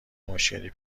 مشکلی